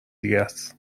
دیگهس